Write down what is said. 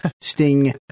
sting